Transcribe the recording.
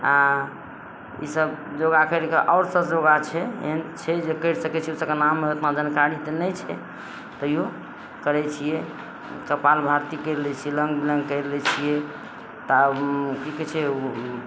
आओर ईसब योगा करि कऽ आओर सब योगा छै एहन छै जे करि सकय छियै तकर नाम महतमा जनकारी तऽ नहि छै तैयो करय छियै कपाल भाती करि लै छियै अनुलोम विलोम करि लै छियै तऽ उ की कहय छै उ